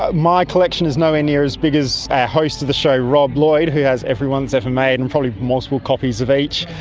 ah my collection is nowhere near as big as our host of the show, rob lloyd, who has every one ever made and probably multiple copies of each.